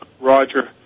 Roger